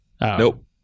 nope